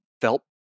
felt